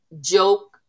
joke